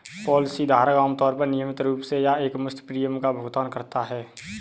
policy धारक आमतौर पर नियमित रूप से या एकमुश्त प्रीमियम का भुगतान करता है